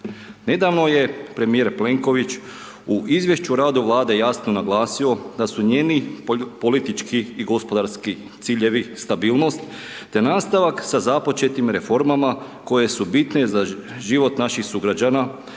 Nedavno je premijer Plenković u izvješću rada Vlade jasno naglasio da su njeni politički i gospodarski ciljevi, stabilnost, te nastavak sa započetim reformama koje su bitne za život naših sugrađana